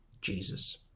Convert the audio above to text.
Jesus